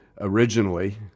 originally